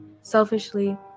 Selfishly